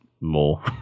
more